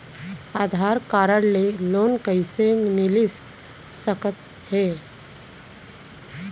आधार card ले loan कइसे मिलिस सकत हे?